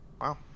Wow